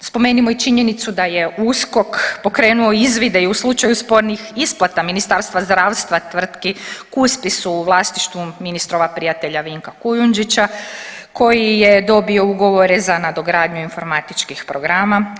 Spomenimo i činjenicu da je USKOK pokrenuo izvide i u slučaju spornih isplata Ministarstva zdravstva tvrtki Kuspis u vlasništvu ministrova prijatelja Vinka Kujundžića koji je dobio ugovore za nadogradnju informatičkih programa.